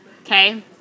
Okay